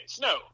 no